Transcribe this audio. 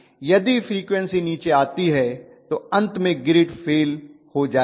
यदि फ्रीक्वन्सी नीचे आती है तो अंत में ग्रिड फेल हो जाएगी